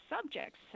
subjects